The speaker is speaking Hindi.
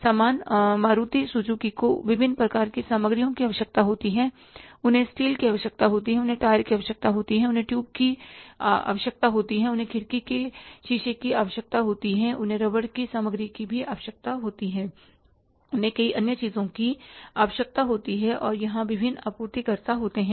समान मारुति सुजुकी को विभिन्न प्रकार की सामग्रियों की आवश्यकता होती है उन्हें स्टील की आवश्यकता होती है उन्हें टायर की आवश्यकता होती है उन्हें ट्यूब की आवश्यकता होती है उन्हें खिड़की के शीशे की आवश्यकता होती है उन्हें रबड़ की सामग्री की आवश्यकता होती है उन्हें कई अन्य चीजों की आवश्यकता होती है और वहां विभिन्न आपूर्ति कर्ता होते हैं